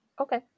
Okay